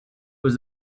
was